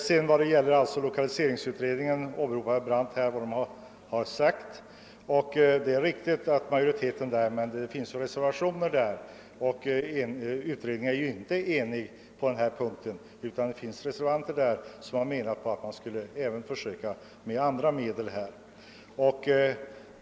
Jag vore tacksam om herr Brandt ville förklara den saken. Herr Brandt åberopar lokaliseringsutredningens betänkande. Utredningen är emellertid inte enig på denna punkt; det finns reservanter som har ansett att även andra medel för lokaliseringspolitiken bör tillgripas.